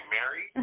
Mary